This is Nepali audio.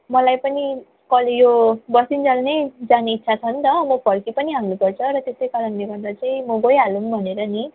मलाई पनि कल यो बसुन्जेल नै जाने इच्छा छ नि त म फर्की पनि हाल्नु पर्छ र त्यसै कारणले गर्दा चाहिँ म गइहालौँ भनेर नि